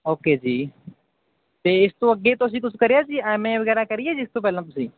okay ਜੀ ਤੇ ਇਸ ਤੋਂ ਅੱਗੇ ਤੁਸੀਂ ਕੁਛ ਕਰਿਆ ਸੀ ਐੱਮ ਏ ਵਗੈਰਾ ਕਰੀ ਹੈ ਜੀ ਇਸ ਤੋਂ ਪਹਿਲਾਂ ਤੁਸੀਂ